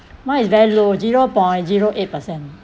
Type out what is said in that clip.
mine is very low zero point zero eight percent